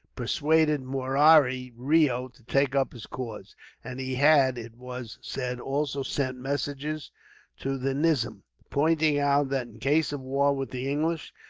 persuaded murari reo to take up his cause and he had, it was said, also sent messages to the nizam, pointing out that, in case of war with the english,